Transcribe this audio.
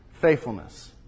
Faithfulness